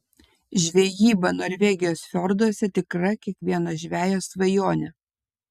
žvejyba norvegijos fjorduose tikra kiekvieno žvejo svajonė